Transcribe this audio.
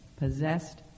possessed